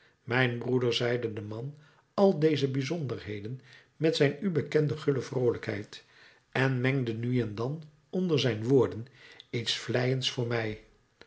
mijn broeder zeide den man al deze bijzonderheden met zijn u bekende gulle vroolijkheid en mengde nu en dan onder zijn woorden iets vleiends voor mij